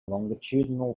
longitudinal